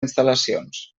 instal·lacions